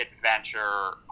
adventure